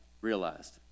realized